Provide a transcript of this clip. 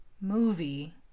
movie